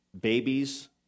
babies